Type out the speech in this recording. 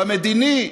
במדיני,